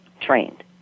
trained